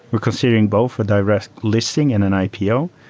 we're considering both for direct listing in an ipo.